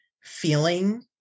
feeling